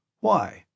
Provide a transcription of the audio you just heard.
Why